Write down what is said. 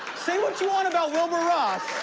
say what you want about wilbur ross,